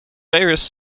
various